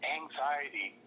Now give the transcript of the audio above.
anxiety